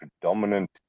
predominant